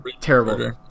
terrible